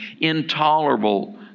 intolerable